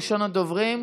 ראשון הדוברים,